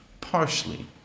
partially